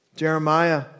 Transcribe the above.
Jeremiah